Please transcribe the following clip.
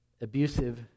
abusive